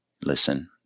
Listen